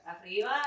arriba